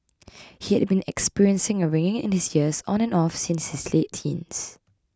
he had been experiencing a ringing in his ears on and off since his late teens